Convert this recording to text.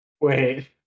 wait